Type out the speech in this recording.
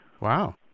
Wow